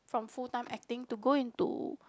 from full time acting to go into